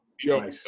Yo